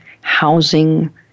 housing